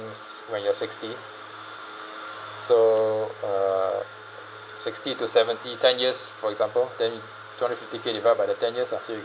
s~ when you're sixty so uh sixty to seventy ten years for example then you two hundred fifty K divide by the ten years lah so you